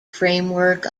framework